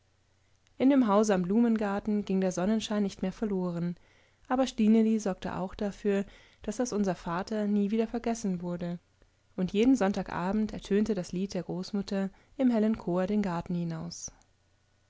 in dem hause am blumengarten ging der sonnenschein nicht mehr verloren aber stineli sorgte auch dafür daß das unser vater nie wieder vergessen wurde und jeden sonntagabend ertönte das lied der großmutter im hellen chor den garten hinaus